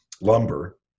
lumber